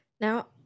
Now